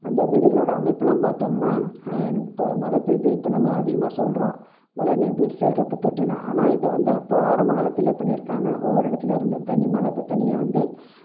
அந்த வீடுகளோடய அமைப்புலாம் பார்த்தோம்னா இப்போ மழை பெய்து இப்போ நம்ம அதிகமாக சொல்கிறோம் மழை நீர் சேகரிப்பு தொட்டிலாம் ஆனால் இதை வந்து அப்போது ஆரம்ப காலத்துலேயே பண்ணியிருக்காங்க ஒவ்வொரு இடத்துலேருந்தும் தண்ணி மழை பெய்யிற தண்ணியை வந்து